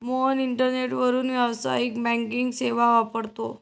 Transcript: मोहन इंटरनेटवरून व्यावसायिक बँकिंग सेवा वापरतो